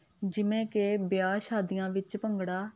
ਜਿਵੇਂ ਕਿ ਵਿਆਹ ਸ਼ਾਦੀਆਂ ਵਿੱਚ ਭੰਗੜਾ